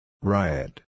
Riot